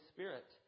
Spirit